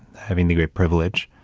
having the great privilege,